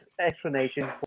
explanation